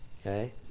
Okay